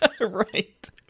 right